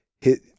hit